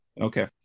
okay